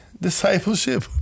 discipleship